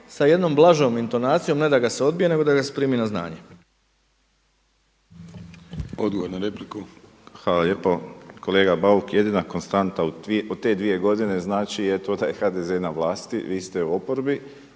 sa jednom blažom intonacijom ne da ga se odbije, nego da ga se primi na znanje. **Vrdoljak, Ivan (HNS)** Odgovor na repliku. **Borić, Josip (HDZ)** Hvala lijepo. Kolega Bauk, jedina konstanta u te dvije godine znači to da je HDZ na vlasti, vi ste u oporbi.